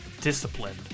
disciplined